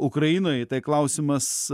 ukrainoj tai klausimas